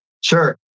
Sure